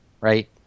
right